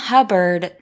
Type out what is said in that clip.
Hubbard